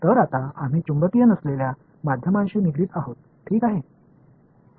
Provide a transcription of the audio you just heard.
तर आता आम्ही चुंबकीय नसलेल्या माध्यमांशी निगडीत आहोत ठीक आहे